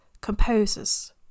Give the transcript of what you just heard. composers